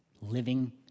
living